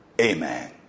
amen